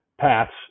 paths